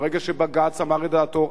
ברגע שבג"ץ אמר את דעתו,